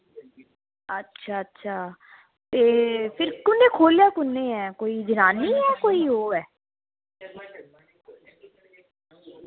अच्छा अच्छा ते फिर कु'नै खोह्लेआ कु'ने ऐ कोई जनानी ऐ कोई ओ ऐ